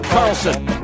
Carlson